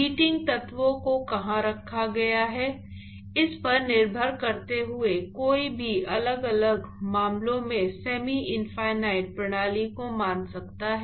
heating तत्वों को कहां रखा गया है इस पर निर्भर करते हुए कोई भी अलग अलग मामलों में सेमी इनफिनिट प्रणाली को मान सकता है